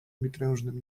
mitrężnym